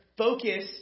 focus